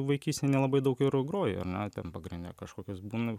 vaikystėj nelabai daug ir grojai ar ne ten pagrinde kažkokios būna